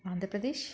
Andhra Pradesh